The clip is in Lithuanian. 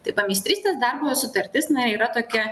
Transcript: tai pameistrystės darbo sutartis na yra tokia